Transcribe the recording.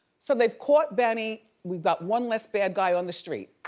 so they've caught benny. we've got one less bad guy on the street.